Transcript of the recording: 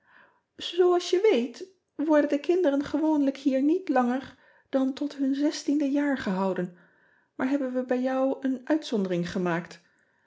ooals je weet worden de kinderen gewoonlijk hier niet langer dan tot hun zestiende jaar gehouden maar hebben we bij jou een uitzondering gemaakt